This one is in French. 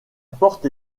porte